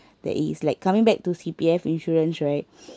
that is like coming back to C_P_F insurance right